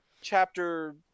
Chapter